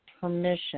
permission